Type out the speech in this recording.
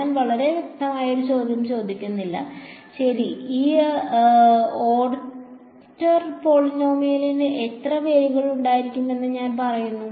ഞാൻ വളരെ വ്യക്തമായ ഒരു ചോദ്യം ചോദിക്കുന്നില്ല ശരി ഈ Nth ഓർഡർ പോളിനോമിയലിന് എത്ര വേരുകൾ ഉണ്ടായിരിക്കുമെന്ന് ഞാൻ പറയുന്നു